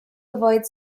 avoid